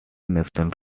national